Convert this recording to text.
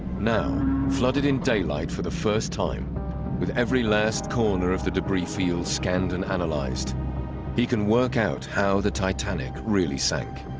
now flooded in daylight for the first time with every last corner of the debris field scanned and analyzed he can work out how the titanic really sank